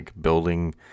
building